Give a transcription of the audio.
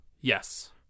Yes